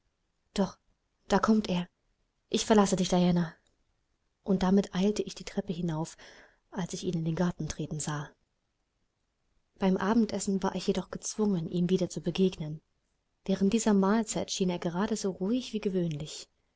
doch da kommt er ich verlasse dich diana und damit eilte ich die treppe hinauf als ich ihn in den garten treten sah beim abendessen war ich jedoch gezwungen ihm wieder zu begegnen während dieser mahlzeit schien er gerade so ruhig wie gewöhnlich